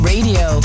Radio